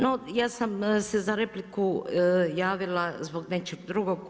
No, ja sam, se za repliku javila, zbog nečeg drugog.